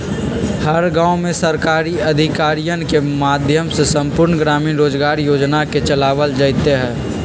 हर गांव में सरकारी अधिकारियन के माध्यम से संपूर्ण ग्रामीण रोजगार योजना के चलावल जयते हई